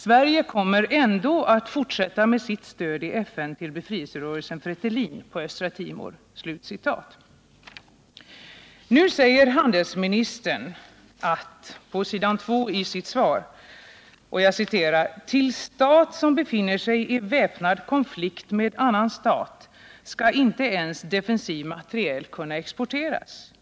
Sverige kommer ändå att fortsätta med sitt stöd i FN till befrielserörelsen Fretilin på Östra Timor.” Nu säger handelsministern i sitt svar: ”Till stater som befinner sig i väpnad konflikt med annan stat skall inte ens defensiv materiel kunna exporteras.